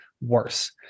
worse